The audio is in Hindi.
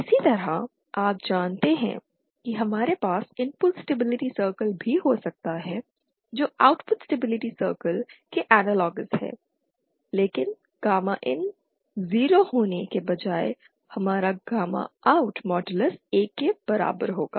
इसी तरह आप जानते हैं कि हमारे पास इनपुट स्टेबिलिटी सर्कल भी हो सकता है जो आउटपुट स्टेबिलिटी सर्कल के एनालोगोस है लेकिन गामा IN 0 होने के बजाय हमारा गामा OUT मॉडलस 1 के बराबर होगा